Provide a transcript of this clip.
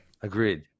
Agreed